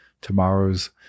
tomorrow's